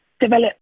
develop